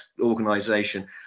organization